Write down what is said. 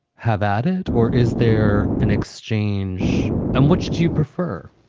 have at it or is there an exchange in which do you prefer?